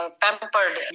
pampered